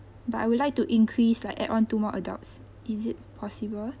but I would like to increase like add on two more adults is it possible